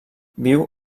viu